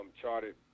charted